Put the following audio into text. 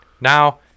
Now